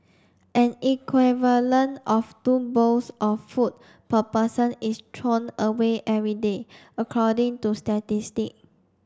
an equivalent of two bowls of food per person is thrown away every day according to statistic